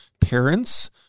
parents